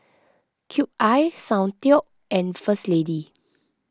Cube I Soundteoh and First Lady